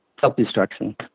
self-destruction